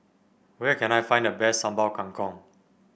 where can I find the best Sambal Kangkong